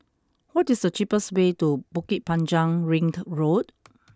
what is the cheapest way to Bukit Panjang Ring Road